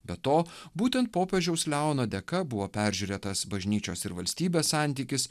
be to būtent popiežiaus leono dėka buvo peržiūrėtas bažnyčios ir valstybės santykis